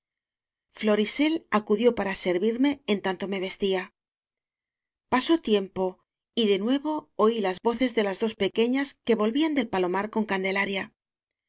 carmesí florisel acudió para servirme en tanto me vestía pasó tiempo y de nuevo oí las voces de las dos pequeñas que volvían del palomar con candelaria